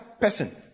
person